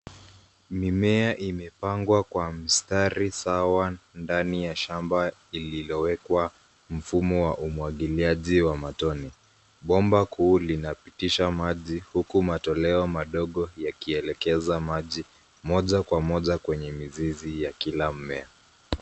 Mimea imepangwa katika mstari sawa ndani ya shamba, lililowekwa mfumo wa umwagiliaji wa matone. Bomba kuu linapitisha maji, huku matoleo madogo yakielekeza maji moja kwa moja kwenye mizizi ya kila mmea.